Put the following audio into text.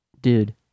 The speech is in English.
dude